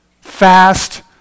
fast